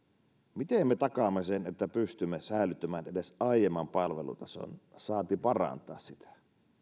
miten me takaamme sen että pystymme säilyttämään edes aiemman palvelutason saati parantaa sitä